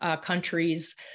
countries